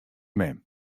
mem